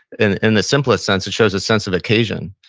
and in the simplest sense, it shows a sense of occasion.